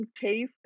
taste